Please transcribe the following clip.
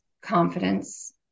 confidence